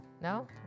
no